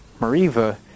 Mariva